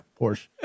Porsche